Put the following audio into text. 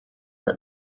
that